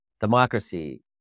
democracy